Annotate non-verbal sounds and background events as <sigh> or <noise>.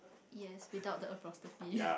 yes without the apostrophe <breath>